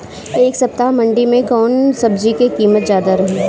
एह सप्ताह मंडी में कउन सब्जी के कीमत ज्यादा रहे?